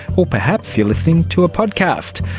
or perhaps you're listening to a podcast.